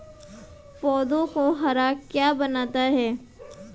पौधों को हरा क्या बनाता है?